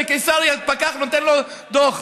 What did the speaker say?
בקיסריה פקח נותן לו דוח.